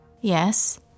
Yes